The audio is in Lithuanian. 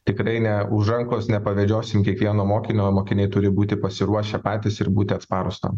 tikrai ne už rankos nepavedžiosim kiekvieno mokinio mokiniai turi būti pasiruošę patys ir būti atsparūs tam